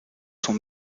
son